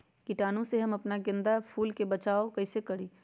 कीटाणु से हम अपना गेंदा फूल के बचाओ कई से करी?